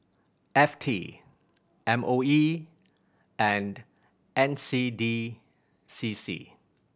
F T M O E and N C D C C